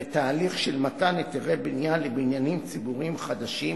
ובתהליך של מתן היתרי בנייה לבניינים ציבוריים חדשים